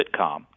sitcom